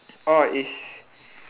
orh it's